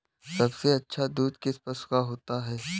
सबसे अच्छा दूध किस पशु का होता है?